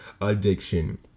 addiction